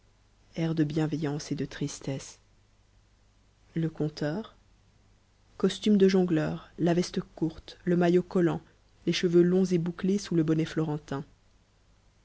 encore airde bienveillance et de tristesse c m mm costume de jongleur la veste courte le maillot collant tes cheveux longs et bouclés sous le bonnet florentip